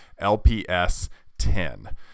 LPS10